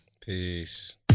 Peace